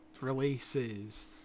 releases